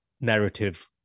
narrative